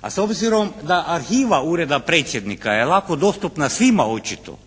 a s obzirom da arhiva Ureda predsjednika je lako dostupna svima očito,